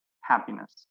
happiness